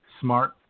Smart